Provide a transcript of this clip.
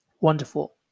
wonderful